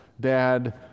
dad